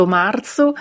marzo